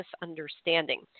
misunderstanding